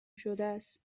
شدهست